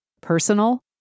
personal